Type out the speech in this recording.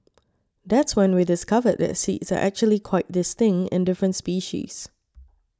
that's when we discovered that seeds are actually quite distinct in different species